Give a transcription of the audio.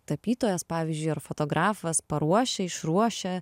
tapytojas pavyzdžiui ar fotografas paruošia išruošia